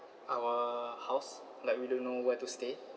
our house like we don't know where to stay